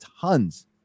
tons